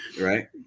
right